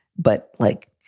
but like,